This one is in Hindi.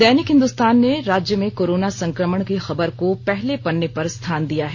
दैनिक हिंदुस्तान ने राज्य में कोरोना संकमण की खबर को पहले पन्ने पर स्थान दिया है